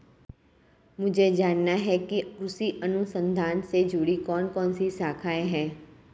मुझे जानना है कि कृषि अनुसंधान से जुड़ी कौन कौन सी शाखाएं हैं?